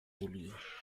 oluyor